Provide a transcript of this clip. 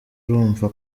urumva